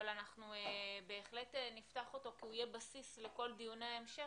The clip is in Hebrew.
אבל אנחנו בהחלט נפתח אותו כי הוא יהיה בסיס לכול דיוני ההמשך,